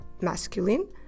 masculine